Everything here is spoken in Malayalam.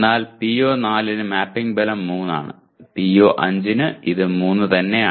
എന്നാൽ PO4 ന് മാപ്പിംഗ് ബലം 3 ആണ് PO5 ന് ഇത് 3 തന്നെയാണ്